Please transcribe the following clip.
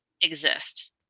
exist